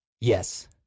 Yes